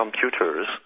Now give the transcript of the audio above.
computers